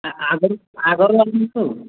ଆଗରୁ ଆଗରୁ